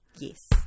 yes